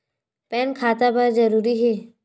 Pan खाता बर जरूरी हे?